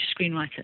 screenwriter